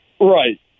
Right